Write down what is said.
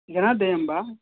जनद्वयं वा